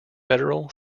federal